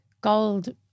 gold